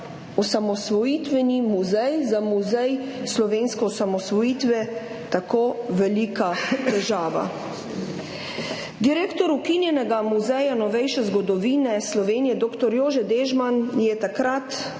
osamosvojitveni muzej, za Muzej slovenske osamosvojitve tako velika težava? Direktor ukinjenega Muzeja novejše zgodovine Slovenije dr. Jože Dežman je takrat opozoril,